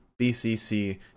BCC